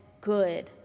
good